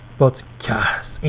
podcast